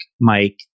Mike